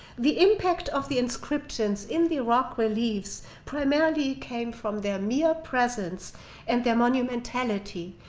the impact of the inscriptions in the rock reliefs primarily came from their mere presence and their monumentality,